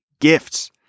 gifts